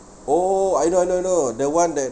oh I know I know know the one that